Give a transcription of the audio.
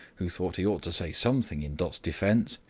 who thought he ought to say something in dot's defence,